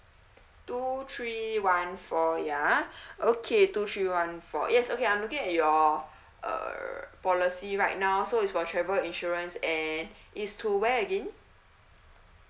two three one four ya okay two three one four yes okay I'm looking at your err policy right now so it's for travel insurance and it's to where again